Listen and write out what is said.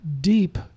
deep